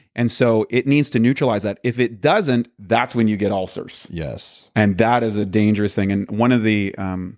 and so, it needs to neutralize that. if it doesn't, that's when you get ulcers. and that is a dangerous thing. and one of the um